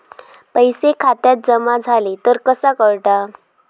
पैसे खात्यात जमा झाले तर कसा कळता?